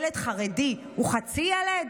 ילד חרדי הוא חצי ילד?